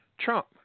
Trump